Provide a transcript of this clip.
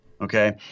Okay